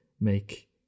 make